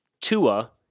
Tua